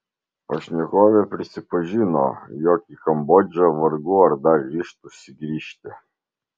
pašnekovė prisipažino jog į kambodžą vargu ar dar ryžtųsi grįžti